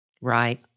Right